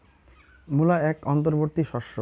মূলা এক অন্তবর্তী শস্য